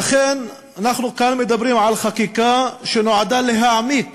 לכן, אנחנו כאן מדברים על חקיקה שנועדה להעמיק